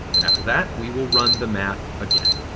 and after that, we will run the math again.